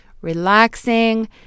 relaxing